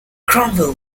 cromwell